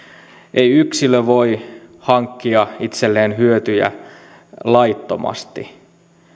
ei yksilö voi hankkia itselleen hyötyjä laittomasti